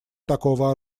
такого